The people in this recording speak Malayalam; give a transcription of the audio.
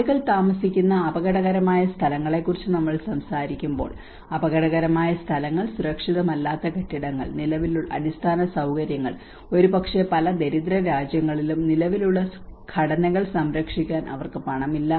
ആളുകൾ താമസിക്കുന്ന അപകടകരമായ സ്ഥലങ്ങളെക്കുറിച്ച് നമ്മൾ സംസാരിക്കുമ്പോൾ അപകടകരമായ സ്ഥലങ്ങൾ സുരക്ഷിതമല്ലാത്ത കെട്ടിടങ്ങൾ അടിസ്ഥാന സൌകര്യങ്ങൾ ഒരുപക്ഷേ പല ദരിദ്ര രാജ്യങ്ങളിലും നിലവിലുള്ള ഘടനകൾ സംരക്ഷിക്കാൻ അവർക്ക് പണമില്ല